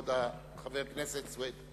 כבוד חבר הכנסת סוייד.